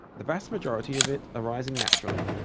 the vast majority of it arising naturally,